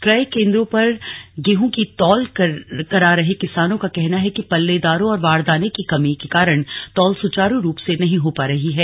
क्रय केंद्रों पर गेहूं की तौल करा रहे किसानों का कहना है की पल्लेदारों और वारदाने की कमी के कारण तौल सुचारू रूप से नहीं हो पा रही है